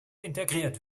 integriert